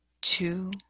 two